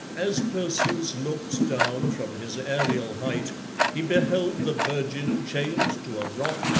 as perseus looked down from his aerial height he beheld the virgin chained to a rock,